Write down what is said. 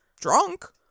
drunk